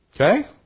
Okay